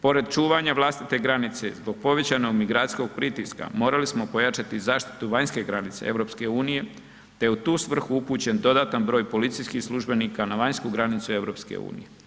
Pored čuvanja vlastite granice zbog povećanog migracijskog pritiska morali smo pojačati zaštitu vanjske granice EU, te u tu svrhu upućen dodatan broj policijskih službenika na vanjsku granicu EU.